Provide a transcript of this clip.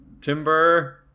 timber